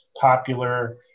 popular